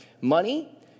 Money